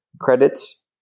credits